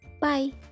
Bye